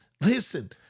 listen